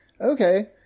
okay